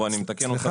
אני מתקן אותך.